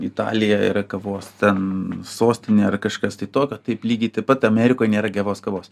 italija yra kavos ten sostinė ar kažkas tai tokio taip lygiai taip pat amerikoj nėra geros kavos